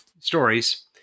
stories